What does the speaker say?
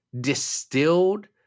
distilled